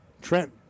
Trent